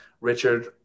Richard